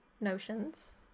notions